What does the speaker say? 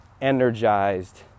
energized